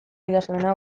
idazlana